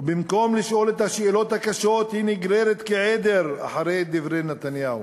ובמקום לשאול את השאלות הקשות היא נגררת כעדר אחרי דברי נתניהו.